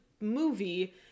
movie